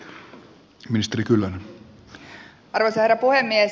arvoisa herra puhemies